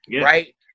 right